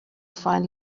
find